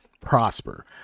prosper